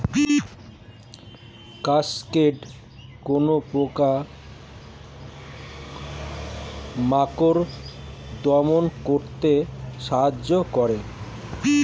Cascade কোন পোকা মাকড় দমন করতে সাহায্য করে?